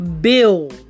Bill